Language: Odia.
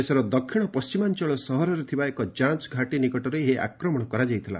ଦେଶର ଦକ୍ଷିଣ ପଣ୍ଢିମାଞ୍ଚଳ ସହରରେ ଥିବା ଏକ ଯାଞ୍ଚ ଘାଟି ନିକଟରେ ଏହି ଆକ୍ରମଣ କରାଯାଇଥିଲା